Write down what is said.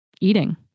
eating